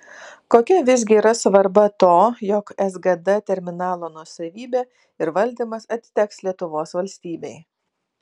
kokia visgi yra svarba to jog sgd terminalo nuosavybė ir valdymas atiteks lietuvos valstybei